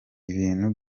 ibintu